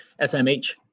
SMH